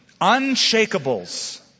unshakables